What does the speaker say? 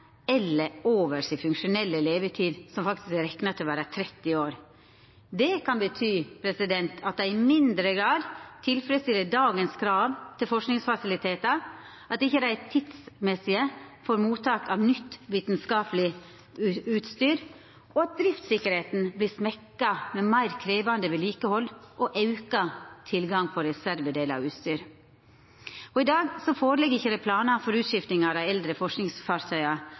eller over – si funksjonelle levetid, som faktisk er rekna til å vera 30 år. Det kan bety at dei i mindre grad tilfredsstiller dagens krav til forskingsfasilitetar, at dei ikkje er tidsmessige for mottak av nytt vitskapeleg utstyr, og at driftsikkerheita vert svekt ved meir krevjande vedlikehald og auka problem med tilgang på reservedelar og utstyr. I dag ligg det ikkje føre planar for utskifting av dei eldre